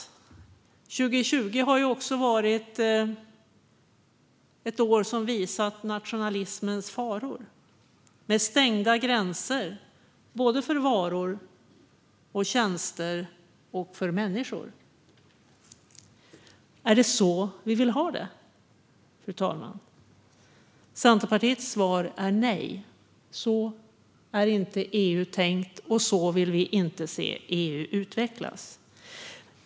2020 har också varit ett år som har visat nationalismens faror med stängda gränser för varor, tjänster och människor. Är det så vi vill ha det, fru talman? Centerpartiets svar är: Nej, så är inte EU tänkt, och så vill vi inte se EU utvecklas.